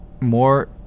more